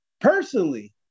personally